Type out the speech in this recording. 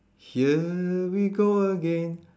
here we go again